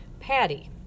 Patty